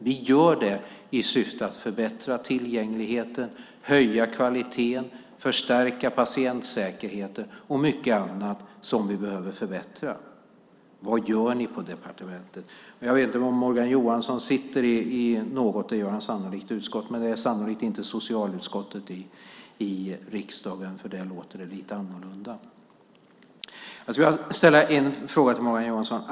Vi gör det i syfte att förbättra tillgängligheten, höja kvaliteten och förstärka patientsäkerheten. Mycket annat behöver också förbättras. Vad gör ni på departementet? undrar Morgan Johansson. Jag vet inte vilket utskott Morgan Johansson sitter i, men det är sannolikt inte socialutskottet eftersom det där låter lite annorlunda.